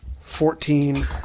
Fourteen